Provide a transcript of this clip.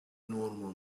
normal